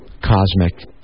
cosmic